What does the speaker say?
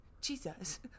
Jesus